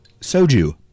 soju